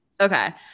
Okay